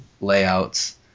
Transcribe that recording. layouts